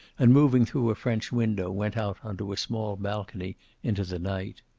and, moving through a french window, went out onto a small balcony into the night.